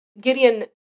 Gideon